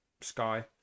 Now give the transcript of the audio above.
Sky